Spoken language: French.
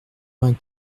vingt